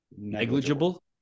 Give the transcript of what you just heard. Negligible